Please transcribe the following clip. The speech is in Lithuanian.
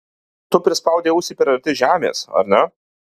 tu prispaudei ausį per arti žemės ar ne